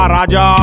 Raja